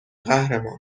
قهرمان